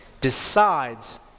decides